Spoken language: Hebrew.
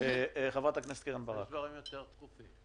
יש דברים יותר דחופים.